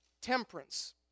Temperance